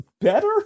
better